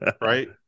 right